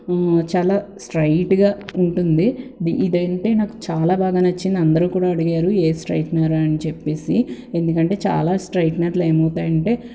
చాలా స్ట్రెయిట్గా ఉంటుంది ఇదంటే నాకు చాలా బాగా నచ్చింది అందరూ కూడా అడిగారు ఏ స్ట్రయిట్నరు అని చెప్పేసి ఎందుకంటే చాలా స్ట్రెయిట్నర్లు ఏమవుతాయంటే